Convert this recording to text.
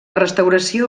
restauració